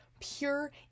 pure